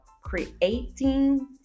creating